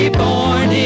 born